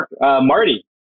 Marty